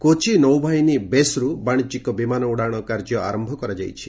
କୋଚି ନୌବାହିନୀ ବେସ୍ରୁ ବାଣିଜ୍ୟିକ ବିମାନ ଉଡ଼ାଣ ଆରମ୍ଭ କରାଯାଇଛି